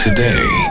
Today